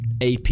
AP